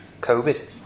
Covid